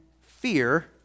fear